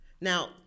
Now